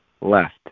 left